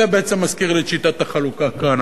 זה בעצם מזכיר לי את שיטת החלוקה כאן.